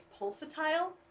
pulsatile